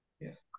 Yes